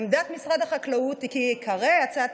עמדת משרד החקלאות היא כי עיקרי הצעת